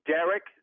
Derek